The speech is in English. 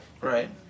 right